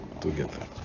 together